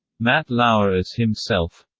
matt lauer as himself